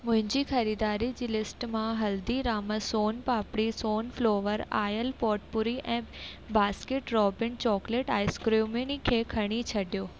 मुंहिंजी ख़रीदारी जी लिस्ट मां Haldiram son papdi sunflower oil potpourri ऐं बास्किट रॉबिन चॉकलेट आइस्क्रीमनी खे खणी छॾियो